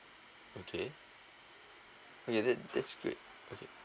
okay okay that that's great okay